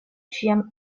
ĉiam